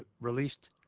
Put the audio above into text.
released